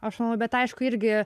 aš manau bet aišku irgi